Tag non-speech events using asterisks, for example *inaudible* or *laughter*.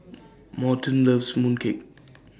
*noise* Morton loves Mooncake